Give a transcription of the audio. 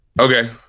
okay